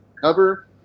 cover